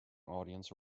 audience